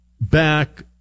back